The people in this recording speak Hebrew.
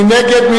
מי נגד?